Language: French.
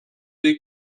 des